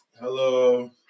Hello